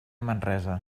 manresa